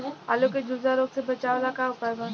आलू के झुलसा रोग से बचाव ला का उपाय बा?